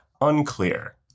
unclear